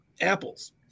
apples